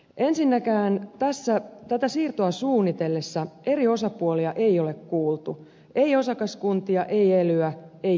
ensinnäkään tätä siirtoa suunnitellessa eri osapuolia ei ole kuultu ei osakaskuntia ei elyä ei ketään